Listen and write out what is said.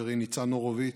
חברי ניצן הורוביץ,